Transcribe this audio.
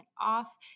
off